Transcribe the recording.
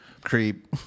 creep